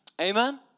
amen